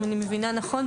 אם אני מבינה נכון,